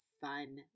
fun